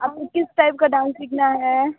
आपको किस टाइप का डांस सीखना है